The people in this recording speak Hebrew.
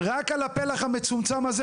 רק על הפלח המצומצם הזה,